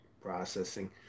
processing